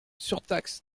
surtaxe